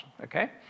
okay